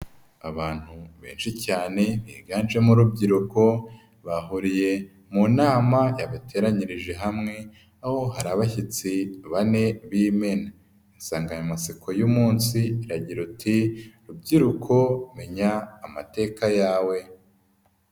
Abantu benshi cyane biganjemo urubyiruko bahuriye mu nama yabateranyirije hamwe aho hari abashyitsi bane b'imena, insanganyamatsiko y'umunsi iragira uti "rubyiruko menya amateka yawe."